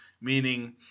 meaning